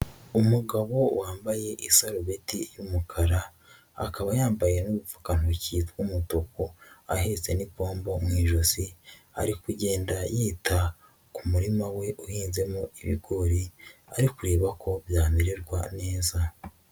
Umugabo wambaye isarobeti y'umukara akaba yambaye n'udupfuka ntoki tw'umutuku ahetse n'ipombo mu ijosi, ari kugenda yita ku murima we uhinzemo ibigori ari kureba ko byamererwa neza.